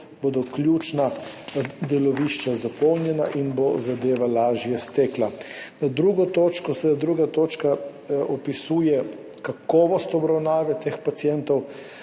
letu ključna delovišča zapolnjena in bo zadeva lažje stekla. Druga točka opisuje kakovost obravnave teh pacientov.